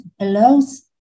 allows